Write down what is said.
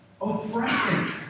oppressing